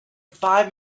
five